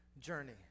journey